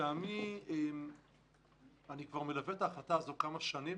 אני מלווה את ההחלטה הזאת כבר כמה שנים,